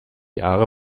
jahre